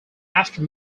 after